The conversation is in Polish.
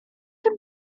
tym